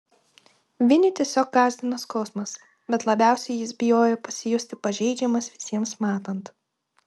vinį tiesiog gąsdino skausmas bet labiausiai jis bijojo pasijusti pažeidžiamas visiems matant